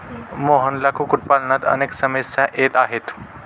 मोहनला कुक्कुटपालनात अनेक समस्या येत आहेत